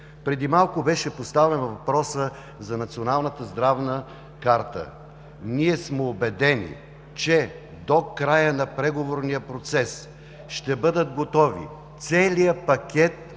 Преди малко беше поставен въпросът за националната здравна карта. Ние сме убедени, че до края на преговорния процес ще бъде готов целият пакет